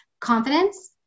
confidence